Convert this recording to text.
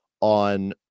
on